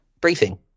Briefing